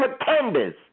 pretenders